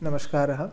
नमस्कारः